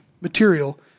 material